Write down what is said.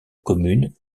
commune